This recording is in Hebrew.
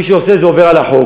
מי שעושה את זה עובר על החוק,